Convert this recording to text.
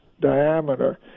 diameter